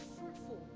fruitful